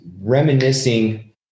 reminiscing